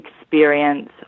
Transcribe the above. experience